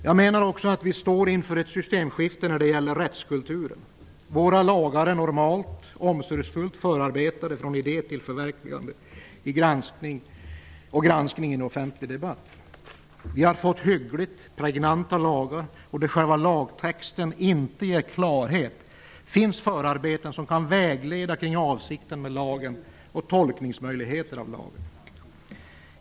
Vi står också inför en systemskifte när det gäller rättskulturen. Våra lagar är normalt omsorgsfullt förarbetade från idé till förverkligande. De är granskade i en offentlig debatt. Vi har fått hyggligt pregnanta lagar. Där själva lagtexten inte ger klarhet finns förarbeten som kan vägleda kring avsikten med lagen och ge tolkningsmöjligheter av lagen.